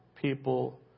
People